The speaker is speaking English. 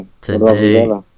Today